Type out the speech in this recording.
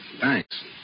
Thanks